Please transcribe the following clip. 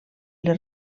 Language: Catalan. les